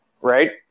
right